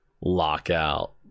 Lockout